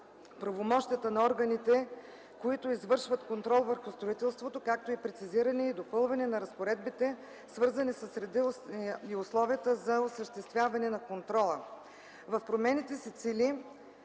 правомощията на органите, които извършват контрол върху строителството, както и прецизиране и допълване на разпоредбите, свързани с реда и условията за осъществяване на контрола. В промените се цели